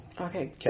Okay